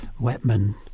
Wetman